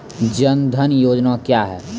जन धन योजना क्या है?